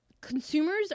Consumers